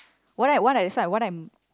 what I what I saw what I'm